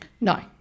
No